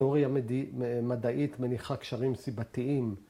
תיאוריה מדעית ‫מניחה קשרים סיבתיים.